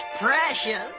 precious